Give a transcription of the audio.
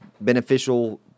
beneficial